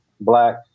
black